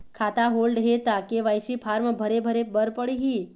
खाता होल्ड हे ता के.वाई.सी फार्म भरे भरे बर पड़ही?